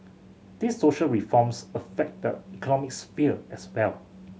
these social reforms affect the economic sphere as well